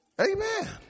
Amen